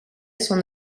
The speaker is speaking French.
son